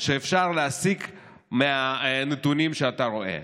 שאפשר להסיק מהנתונים שאתה רואה.